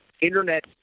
internet